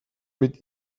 mit